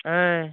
ఆయ్